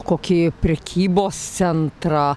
kokį prekybos centrą